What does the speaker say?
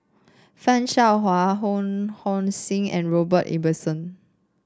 Fan Shao Hua Ho Hong Sing and Robert Ibbetson